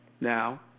now